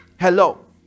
Hello